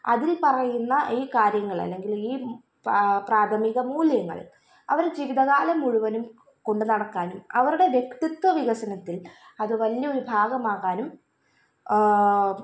അതിൽ പറയുന്ന ഈ കാര്യങ്ങള് അല്ലങ്കില് ഈ പാ പ്രാഥമിക മൂല്യങ്ങൾ അവര് ജീവിത കാലം മുഴുവനും കൊണ്ട് നടക്കാനും അവരുടെ വ്യക്തിത്വ വികസനത്തിൽ അത് വലിയൊരു ഭാഗമാകാനും